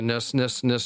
nes nes nes